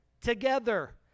together